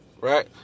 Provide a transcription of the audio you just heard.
right